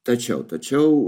tačiau tačiau